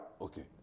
Okay